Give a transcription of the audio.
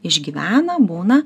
išgyvena būna